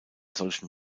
solchen